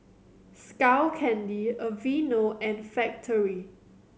Skull Candy Aveeno and Factorie